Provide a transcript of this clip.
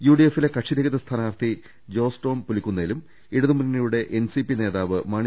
യുഡിഎഫിലെ കക്ഷി രഹിത സ്ഥാനാർത്ഥി ജോസ് ടോം പുലിക്കുന്നേലും ഇടത് മുന്നണിയുടെ എൻസിപി നേതാവ് മാണി